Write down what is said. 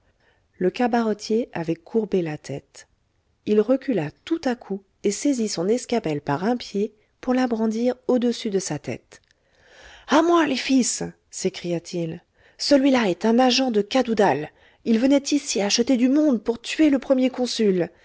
le cabaretier avait courbé la tête il recula tout à coup et saisit son escabelle par un pied pour la brandir au-dessus de sa tête a moi les fils s'écria-t-il celui-là est un agent de cadoudal il venait ici acheter du monde pour tuer le premier consul